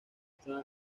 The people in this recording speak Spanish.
está